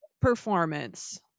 performance